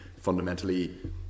fundamentally